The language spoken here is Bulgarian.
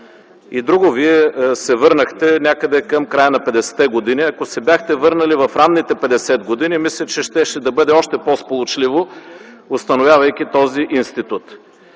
И друго, Вие се върнахте някъде към края на 50-те години, ако се бяхте върнали в ранните 50 години, мисля, че ще бъде още по-сполучливо, установявайки този институт.